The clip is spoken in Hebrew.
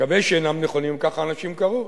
אני מקווה שאינם נכונים, אבל ככה אנשים קראו,